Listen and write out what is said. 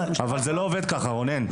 אבל זה לא עובד ככה רונן.